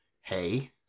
hey